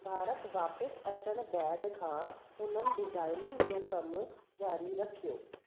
भारत वापिसि अचणु बैदि खां उन्हनि डिज़ाइनिंग जो कम ज़ारी रखियो